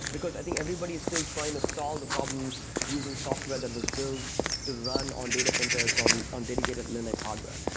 because i think everybody is still trying to solve the problems using software that was built to run on data centers on on dedicated linux hardware.